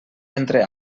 entre